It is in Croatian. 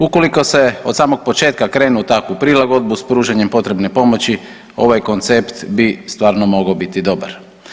Ukoliko se od samog početka krene u takvu prilagodbu s pružanjem potrebne pomoći ovaj koncept bi stvarno mogao biti dobar.